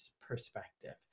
perspective